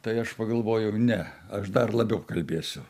tai aš pagalvojau ne aš dar labiau kalbėsiu